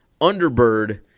Underbird